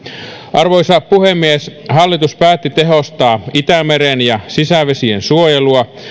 arvoisa puhemies hallitus päätti tehostaa itämeren ja sisävesien suojelua